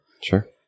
Sure